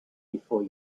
before